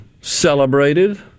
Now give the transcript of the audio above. celebrated